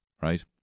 right